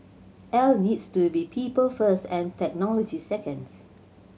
Al needs to be people first and technology second